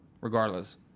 regardless